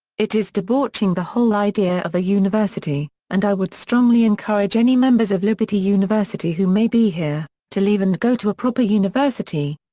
it is debauching the whole idea of a university, and i would strongly encourage any members of liberty university who may be here, to leave and go to a proper university.